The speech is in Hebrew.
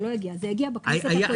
זה הגיע בכנסת הקודמת.